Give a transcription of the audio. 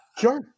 sure